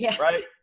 right